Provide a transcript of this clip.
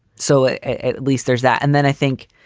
so at least there's that. and then i think.